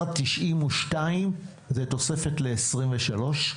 1.92 מיליארד זו תוספת ל-2023,